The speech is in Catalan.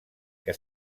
que